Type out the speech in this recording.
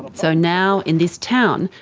so now in this town,